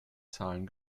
zahlen